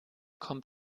kommt